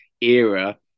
era